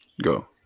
go